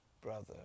brother